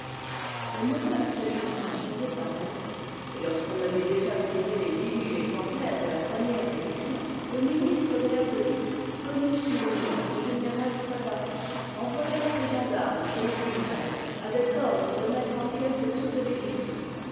au moment où cet ouvrage allait paraitre et lorsqu'on avait déjà tiré les dix mille exemplaires de la première édition le ministre de la police connu sous le nom du général savary envoya ses gendarmes chez le libraire avec ordre de mettre'en pièces toute l'édition